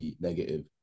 Negative